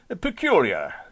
peculiar